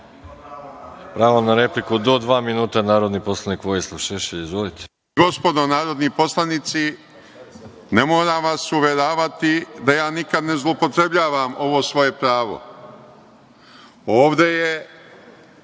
na repliku, do dva minuta, narodni poslanik Vojislav Šešelj. Izvolite.